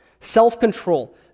Self-control